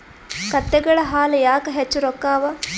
ಕತ್ತೆಗಳ ಹಾಲ ಯಾಕ ಹೆಚ್ಚ ರೊಕ್ಕ ಅವಾ?